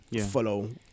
follow